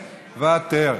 מוותר.